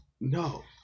no